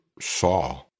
saw